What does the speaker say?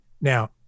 Now